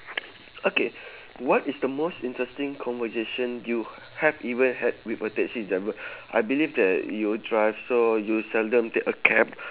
okay what is the most interesting conversation you had even had with a taxi driver I believe that you drive so you seldom take a cab